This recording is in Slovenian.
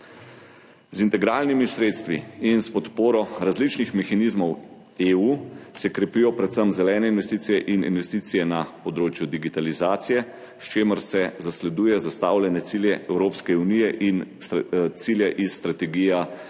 Z integralnimi sredstvi in s podporo različnih mehanizmov EU se krepijo predvsem zelene investicije in investicije na področju digitalizacije, s čimer se zasleduje zastavljene cilje Evropske unije in cilje iz Strategije